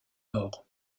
nord